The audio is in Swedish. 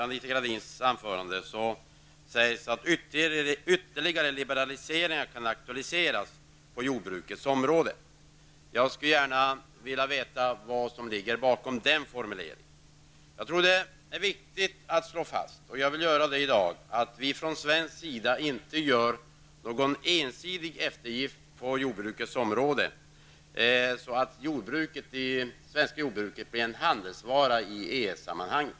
Anita Gradin säger i sitt anförande att ytterligare liberaliseringar kan aktualiseras på jordbrukets område. Jag skulle gärna vilja veta vad som ligger bakom den formuleringen. Jag tror det är viktigt att slå fast -- och jag vill göra det i dag -- att vi från svensk sida inte gör någon ensidig eftergift på jordbrukets område. Det svenska jordbruket får inte bli en handelsvara i EES-sammanhang.